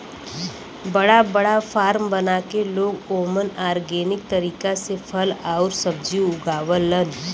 बड़ा बड़ा फार्म बना के लोग ओमन ऑर्गेनिक तरीका से फल आउर सब्जी उगावलन